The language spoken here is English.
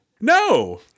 No